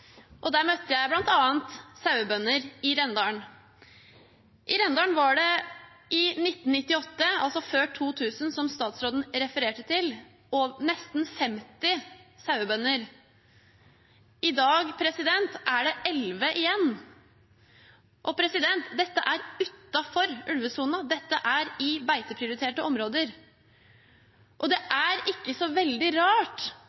og der møtte jeg bl.a. sauebønder. I Rendalen var det i 1998 – altså før 2000, som statsråden refererte til – nesten 50 sauebønder. I dag er det 11 igjen. Dette er utenfor ulvesonen, i beiteprioriterte områder. Det er ikke så veldig rart